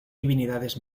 divinidades